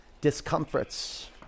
discomforts